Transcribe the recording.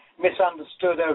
misunderstood